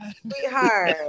Sweetheart